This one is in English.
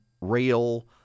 rail